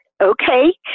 okay